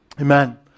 Amen